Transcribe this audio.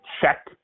check